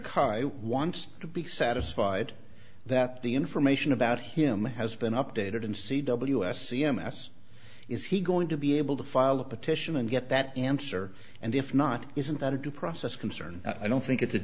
karr wants to be satisfied that the information about him has been updated in c w s c m s is he going to be able to file a petition and get that answer and if not isn't that a due process concern i don't think it's a